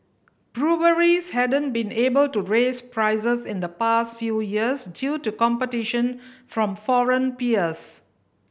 breweries hadn't been able to raise prices in the past few years due to competition from foreign peers